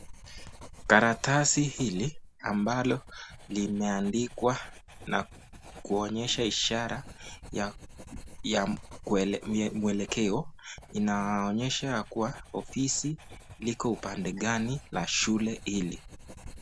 Karatasi hili ambalo limeandikwa na kuonyesha ishara ya muelekeo, inaonyesha ya kuwa ofisi iko upande gani la shule hili.